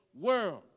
world